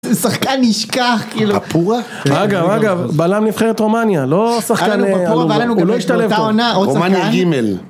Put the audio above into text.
שחקן נשכח כאילו. פורה? אגב אגב בלם נבחרת רומניה לא שחקן...הוא לא השתלב פה.ן רומניה גימל.